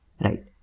Right